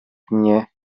mnie